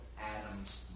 Adam's